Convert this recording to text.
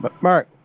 Mark